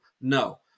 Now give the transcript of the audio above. No